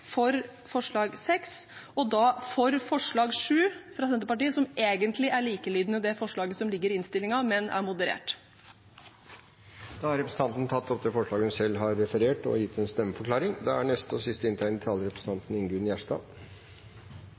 for forslag nr. 6, og – da – for forslag nr. 7 fra Senterpartiet, som egentlig er likelydende med det forslaget som ligger i innstillingen, men som er moderert. Da har representanten Anette Trettebergstuen tatt opp det forslaget hun refererte til, og har gitt en stemmeforklaring.